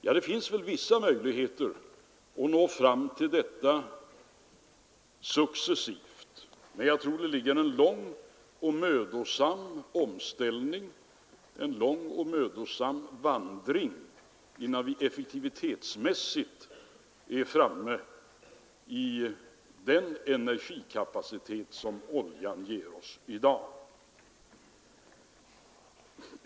Ja, det finns väl vissa möjligheter att successivt nå detta mål, men jag tror att vi har en lång och mödosam vandring fram till dess att vi effektivitetsmässigt uppnått samma energikapacitet som oljan ger oss i dag.